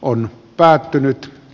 on päättynyt